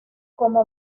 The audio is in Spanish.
como